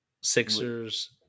Sixers